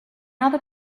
other